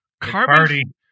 carbon